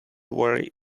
worry